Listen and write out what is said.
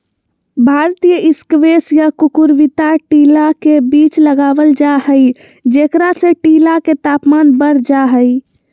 भारतीय स्क्वैश या कुकुरविता टीला के बीच लगावल जा हई, जेकरा से टीला के तापमान बढ़ जा हई